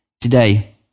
today